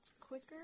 quicker